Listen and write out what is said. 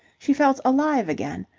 she felt alive again.